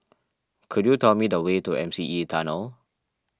could you tell me the way to M C E Tunnel